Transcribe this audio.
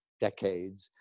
decades